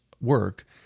work